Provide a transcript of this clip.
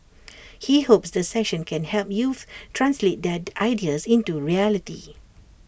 he hopes the session can help youths translate their ideas into reality